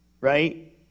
Right